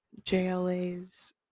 jla's